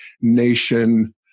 nation